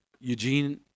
Eugene